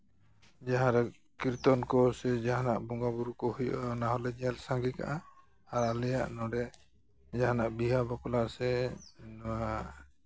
ᱡᱟᱦᱟᱸᱨᱮ ᱠᱤᱨᱛᱚᱱ ᱠᱚ ᱥᱮ ᱡᱟᱦᱟᱸᱨᱮ ᱵᱚᱸᱜᱟ ᱵᱩᱨᱩ ᱠᱚ ᱦᱩᱭᱩᱜᱼᱟ ᱚᱱᱟ ᱦᱚᱸᱞᱮ ᱧᱮᱞ ᱥᱟᱸᱜᱮ ᱠᱟᱜᱼᱟ ᱟᱨ ᱟᱞᱮᱭᱟᱜ ᱱᱚᱸᱰᱮ ᱡᱟᱦᱟᱱᱟᱜ ᱵᱤᱦᱟᱹ ᱵᱟᱯᱞᱟ ᱥᱮ ᱱᱚᱣᱟ